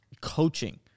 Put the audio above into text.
coaching